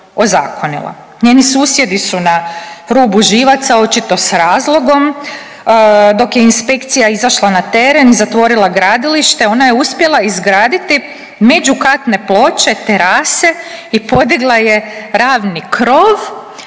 ozakonila. Njeni susjedi su na rubu živaca, očito s razlogom. Dok je inspekcija izašla na teren i zatvorila gradilište, onda je uspjela izgraditi međukatne ploče, terase i podigla je ravni krov.